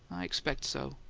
i expect so.